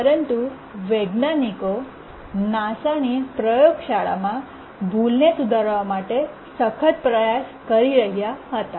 પરંતુ વૈજ્ઞાનિકો નાસાની પ્રયોગશાળામાં ભૂલને સુધારવા માટે સખત પ્રયાસ કરી રહ્યા હતા